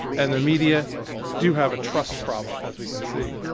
and the media do have a trust problem, as we can see.